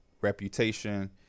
Reputation